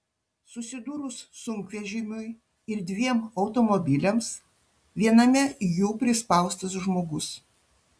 susidūrus sunkvežimiui ir dviem automobiliams viename jų prispaustas žmogus